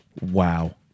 Wow